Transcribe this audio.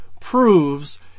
proves